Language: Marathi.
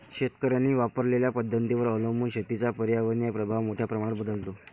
शेतकऱ्यांनी वापरलेल्या पद्धतींवर अवलंबून शेतीचा पर्यावरणीय प्रभाव मोठ्या प्रमाणात बदलतो